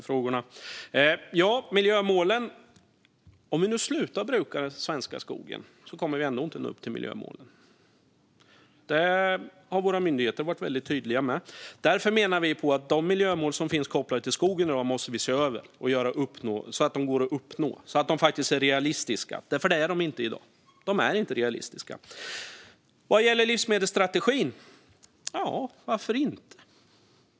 Fru talman! Om vi slutar att bruka den svenska skogen nu kommer vi ändå inte att nå upp till miljömålen. Det har våra myndigheter varit väldigt tydliga med. Därför menar vi att vi måste se över de miljömål som finns kopplade till skogen i dag och göra så att de är realistiska och går att uppnå. Så är det inte i dag. En ny satsning på livsmedelsstrategin - varför inte?